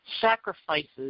sacrifices